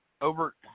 over